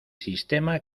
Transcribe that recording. sistema